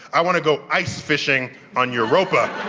i want to go ice fishing on europa.